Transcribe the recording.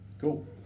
Cool